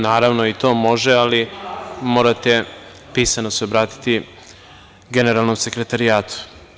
Naravno i to može, ali morate se pisano obratiti generalnom sekretarijatu.